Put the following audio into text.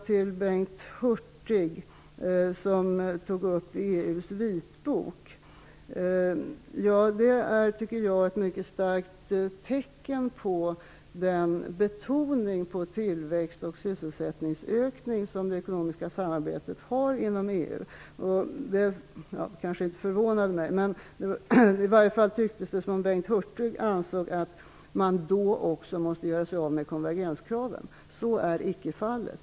Bengt Hurtig talade om EU:s vitbok. Denna är ett mycket starkt tecken på den betoning på tillväxt och sysselsättningsökning som det ekonomiska samarbetet har inom EU. Det tycktes som om Bengt Hurtig menade att man i det sammanhanget måste göra sig av med konvergenskraven. Så är icke fallet.